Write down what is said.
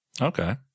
Okay